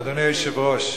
אדוני היושב-ראש,